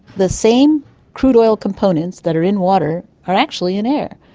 the same crude oil components that are in water are actually in air,